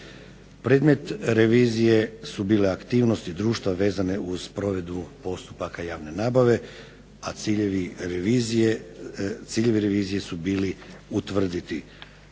Predmet revizije su bile aktivnosti društva vezane uz provedbu postupaka javne nabave, a ciljevi revizije su bili utvrditi postoji